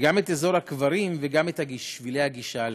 גם את אזור הקברים וגם את שבילי הגישה אליהם?